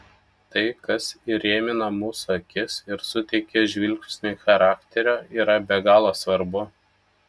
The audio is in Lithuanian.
tai kas įrėmina mūsų akis ir suteikia žvilgsniui charakterio yra be galo svarbu